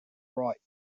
right